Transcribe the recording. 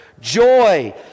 Joy